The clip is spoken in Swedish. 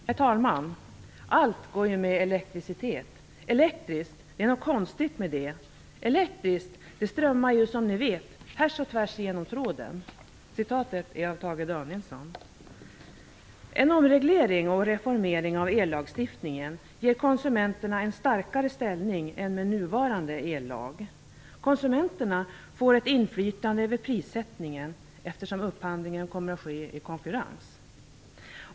Herr talman! "Allt går ju med elektricitet, elektriskt det är nåt konstigt med det. Elektriskt det strömmar ju som ni vet, härs och tvärs igenom tråden." Citatet är av Tage Danielsson. En omreglering och reformering av ellagstiftningen ger konsumenterna en starkare ställning än med nuvarande ellag. Konsumenterna får ett inflytande över prissättningen, eftersom upphandlingen kommer att ske i konkurrens.